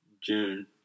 June